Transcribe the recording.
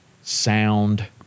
sound